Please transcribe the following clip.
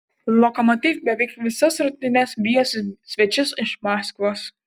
lokomotiv beveik visas rungtynes vijosi svečius iš maskvos